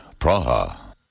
Praha